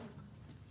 (2)